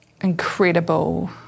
incredible